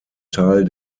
teil